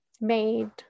made